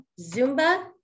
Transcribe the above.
Zumba